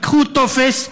תיקחו טופס,